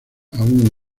aún